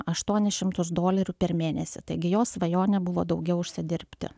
aštuonis šimtus dolerių per mėnesį taigi jo svajonė buvo daugiau užsidirbti